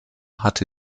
hatte